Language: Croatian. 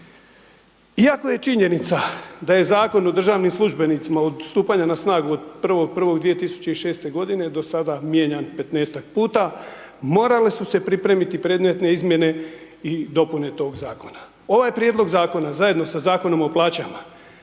Iako je činjenica da je Zakon o državnim službenicima, odstupanje na snagu od 1.1.2006. g. do sada mijenjan 15-tak puta, morale su se pripremiti predmetne izmjene i dopune tog zakona. Ovaj prijedlog Zakona zajedno sa Zakonom o plaćama